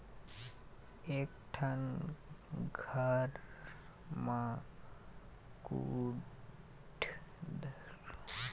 एक ठन खार म कुधरालू माटी आहे?